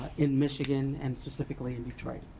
in michigan, and specifically in detroit.